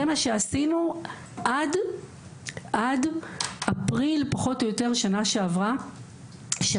זה מה שעשינו עד אפריל פחות או יותר שנה שעברה שחזרנו